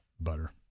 Butter